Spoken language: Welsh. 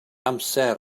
amser